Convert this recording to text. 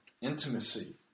intimacy